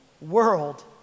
world